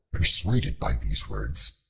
persuaded by these words,